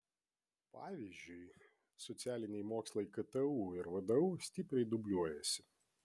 pavyzdžiui socialiniai mokslai ktu ir vdu stipriai dubliuojasi